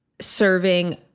serving